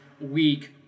week